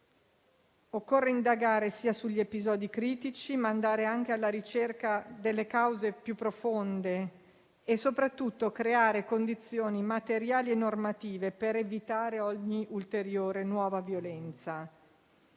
Occorre indagare sugli episodi critici, ma anche andare alla ricerca delle cause più profonde e, soprattutto, creare condizioni materiali e normative per evitare ogni ulteriore nuova violenza.